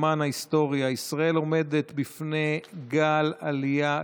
למען ההיסטוריה: ישראל עומדת בפני גל עלייה גדול.